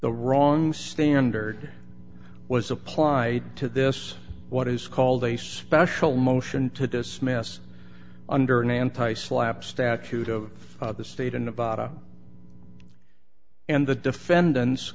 the wrong standard was applied to this what is called a special motion to dismiss under an anti slapp statute of the state of nevada and the defendant